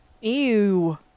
Ew